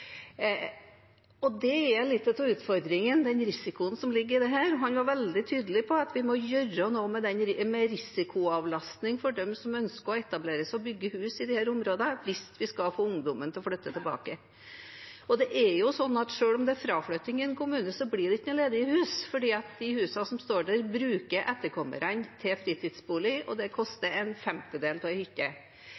Det er litt av utfordringen og den risikoen som ligger i dette. Han var veldig tydelig på at vi må gjøre noe med risikoavlastning for dem som ønsker å etablere seg og bygge hus i disse områdene hvis vi skal få ungdommen til å flytte tilbake. Selv om det er fraflytting i en kommune, blir det ikke noen ledige hus, for de husene som står der, bruker etterkommerne til fritidsbolig, og det koster